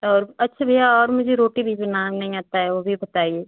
और अच्छा भैया और मुझे रोटी भी बिनाने नहीं आता है वह भी बताइए